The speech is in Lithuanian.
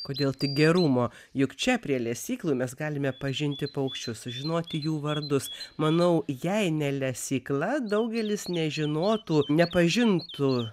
kodėl tik gerumo juk čia prie lesyklų mes galime pažinti paukščius sužinoti jų vardus manau jei ne lesykla daugelis nežinotų nepažintų